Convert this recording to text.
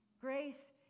Grace